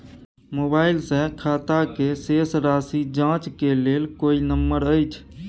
Mobile से खाता के शेस राशि जाँच के लेल कोई नंबर अएछ?